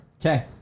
Okay